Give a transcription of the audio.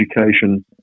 education